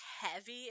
heavy